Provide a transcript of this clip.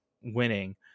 winning